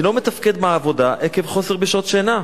אני לא מתפקד בעבודה עקב חוסר בשעות שינה.